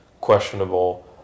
questionable